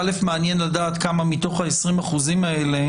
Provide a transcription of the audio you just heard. מעניין לדעת כמה מתוך ה-20 אחוזים האלה